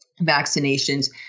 vaccinations